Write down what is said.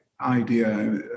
idea